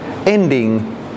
ending